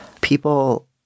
People